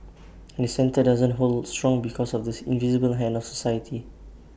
and the centre doesn't hold strong because of the invisible hand of society